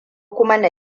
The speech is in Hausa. kuma